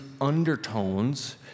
undertones